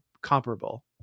comparable